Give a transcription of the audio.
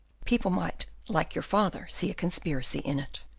people might, like your father, see a conspiracy in it.